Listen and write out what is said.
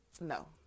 no